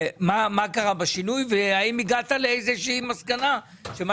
מה קרה בשינוי והאם הגעת לאיזושהי מסקנה שמה